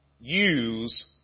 Use